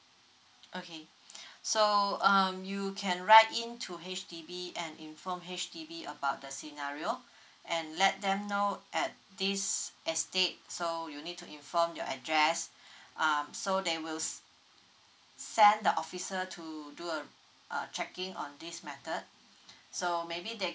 okay so um you can write in to H_D_B and inform H_D_B about the scenario and let them know at this estate so you need to inform your address um so they will just send the officer to do uh uh checking on this matter